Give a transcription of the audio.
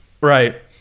Right